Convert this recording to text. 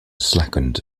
slackened